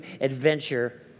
adventure